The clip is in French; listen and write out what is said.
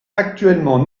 actuellement